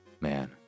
Man